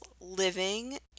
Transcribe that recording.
living